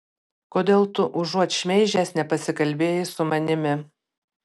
kodėl tu užuot šmeižęs nepasikalbėjai su manimi